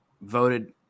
voted